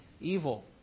evil